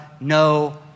no